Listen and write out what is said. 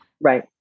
Right